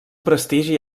prestigi